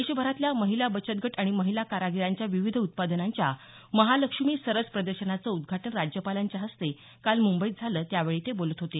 देशभरातल्या महिला बचतगट आणि महिला कारागिरांच्या विविध उत्पादनांच्या महालक्ष्मी सरस प्रदर्शनाचं उद्घाटन राज्यपालांच्या हस्ते काल मुंबईत झालं त्यावेळी ते बोलत होते